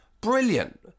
brilliant